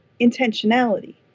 intentionality